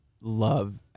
love